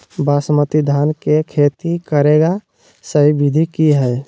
बासमती धान के खेती करेगा सही विधि की हय?